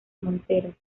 monteros